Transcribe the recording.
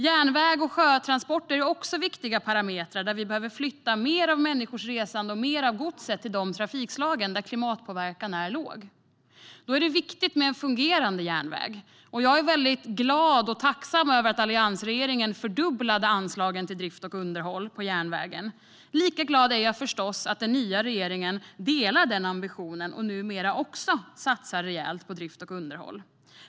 Järnväg och sjötransporter är också viktiga parametrar. Vi behöver flytta mer av människors resande och mer av godset till dessa trafikslag, där klimatpåverkan är låg, och då är det viktigt med en fungerande järnväg. Jag är glad och tacksam över att alliansregeringen fördubblade anslagen till drift och underhåll på järnvägen. Lika glad är jag förstås över att den nya regeringen delar den ambitionen och numera också satsar rejält på drift och underhåll.